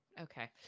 Okay